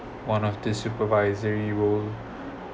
one of the supervisory role